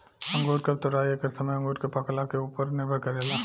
अंगूर कब तुराई एकर समय अंगूर के पाकला के उपर निर्भर करेला